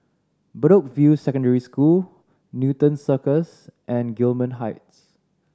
Bedok View Secondary School Newton Cirus and Gillman Heights